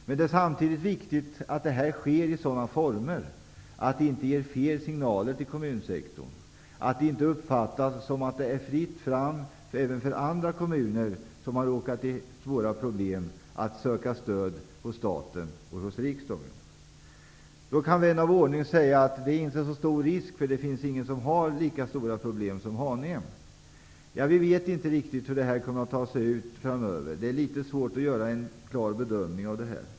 Men det är samtidigt viktigt att det sker i sådana former att det inte ger felaktiga signaler till kommunsektorn och uppfattas som att det är fritt fram även för andra kommuner som råkat i stora svårigheter att söka stöd hos staten. Då kan vän av ordning säga att risken härför inte är så stor, eftersom det inte finns någon annan kommun som har lika stora problem som Haning. Vi vet emellertid inte riktigt hur det kommer att bli framför -- det är svårt att göra en klar bedömning i denna fråga.